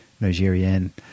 Nigerian